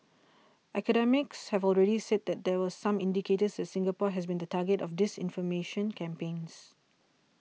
academics have already said that there were some indicators that Singapore has been the target of disinformation campaigns